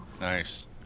Nice